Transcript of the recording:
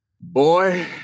Boy